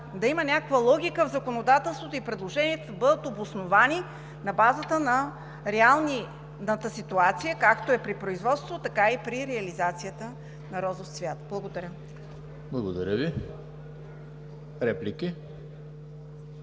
да има някаква логика в законодателството и предложенията да бъдат обосновани на базата на реалната ситуация, както при производството, така и при реализацията на розов цвят. Благодаря. ПРЕДСЕДАТЕЛ ЕМИЛ